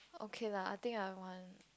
okay lah I think I want